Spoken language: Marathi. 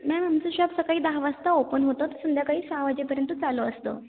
मॅम आमचं शॉप सकाळी दहा वासता ओपन होतत संध्याकाळी सहा वाजेपर्यंत चालू असतं